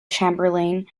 chamberlain